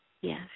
Yes